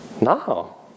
No